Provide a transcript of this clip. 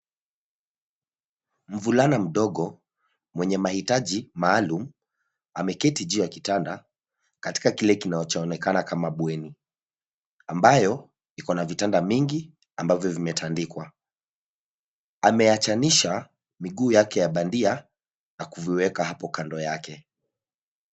Mvulana mdogo mwenye mahitaji maalum ameketi juu ya kitanda katika kile kinachoonekana kama bweni, ambayo, ikona vitanda mingi ambavyo vimetandikwa. Ameachanisha miguu yake ya bandia na kuviweka hapo kando yake.